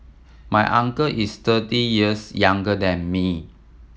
my uncle is thirty years younger than me